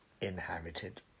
inhabited